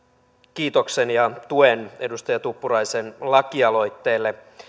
kiitoksen ja tuen edustaja tuppuraisen lakialoitteelle